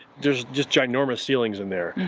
there's just yeah ginormous ceilings in there,